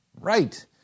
right